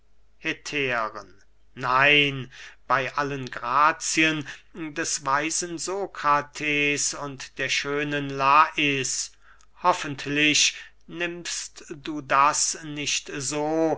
hetären nein bey allen grazien des weisen sokrates und der schönen lais hoffentlich nimmst du das nicht so